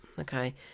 okay